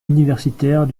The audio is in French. universitaires